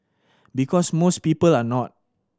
because most people are not